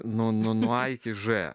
nu nuo a iki ž